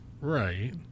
Right